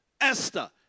Esther